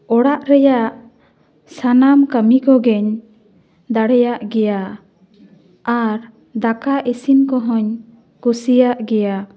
ᱚᱲᱟᱜ ᱨᱮᱭᱟ ᱥᱟᱱᱟᱢ ᱠᱟᱹᱢᱤ ᱠᱚᱜᱮᱧ ᱫᱟᱲᱮᱭᱟᱜ ᱜᱮᱭᱟ ᱟᱨ ᱫᱟᱠᱟ ᱤᱥᱤᱱ ᱠᱚᱦᱚᱧ ᱠᱩᱥᱤᱭᱟᱜ ᱜᱮᱭᱟ